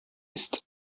ist